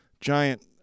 giant